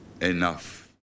enough